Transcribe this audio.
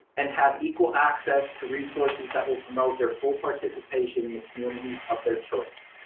and have equal access to resources that will promote their full participation in the communities of their choice.